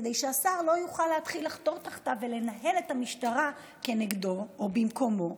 כדי שהשר לא יוכל להתחיל לחתור תחתיו ולנהל את המשטרה כנגדו או במקומו.